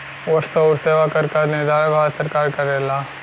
वस्तु आउर सेवा कर क निर्धारण भारत सरकार करेला